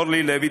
אורלי לוי,